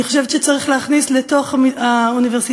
אני חושבת שצריך להכניס לתוך האוניברסיטאות,